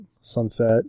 sunset